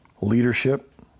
leadership